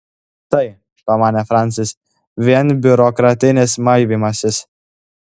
tai pamanė francis vien biurokratinis maivymasis